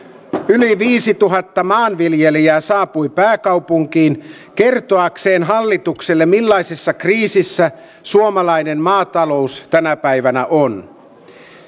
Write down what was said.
yli viisituhatta maanviljelijää saapui pääkaupunkiin kertoakseen hallitukselle millaisessa kriisissä suomalainen maatalous tänä päivänä on